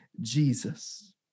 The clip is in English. Jesus